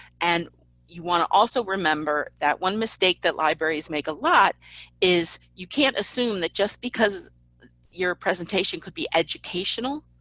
and you want to also remember that one mistake that libraries make a lot is you can't assume that just because your presentation could be educational,